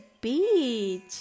beach